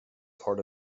part